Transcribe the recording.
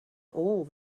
all